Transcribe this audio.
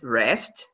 rest